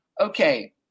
okay